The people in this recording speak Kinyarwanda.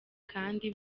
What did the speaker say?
kandi